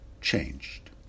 changed